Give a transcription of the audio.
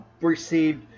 received